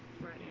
right